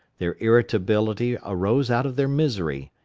their irritability arose out of their misery,